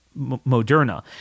Moderna